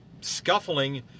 scuffling